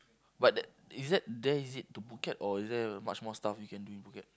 but that is that there is it to Phuket or is there much more stuff you can do in Phuket